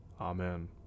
Amen